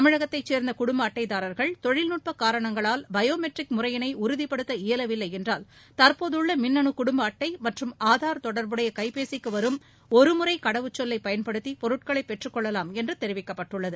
தமிழகத்தை சே்ந்த குடும்ப அட்டைதாரா்கள் தொழில்நுட்ப காரணங்களால் பயோமெட்ரிக் முறையினை உறுதிப்படுத்த இயலவில்லை என்றால் தற்போதுள்ள மின்னணு குடும்ப அட்டை மற்றும் ஆதார் தொடர்புடைய கைபேசிக்கு வரும் ஒருமுறை கடவுச்சொல்லை பயன்படுத்தி பொருட்களை பெற்றுக்கொள்ளலாம் என்று தெரிவிக்கப்பட்டுள்ளது